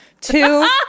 Two